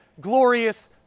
glorious